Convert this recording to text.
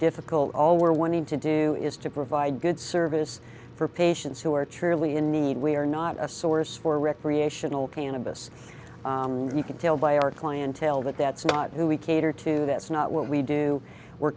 difficult all we're wanting to do is to provide good service for patients who are truly in need we are not a source for recreational cannabis you can tell by our clientele but that's not who we cater to that's not what we do we're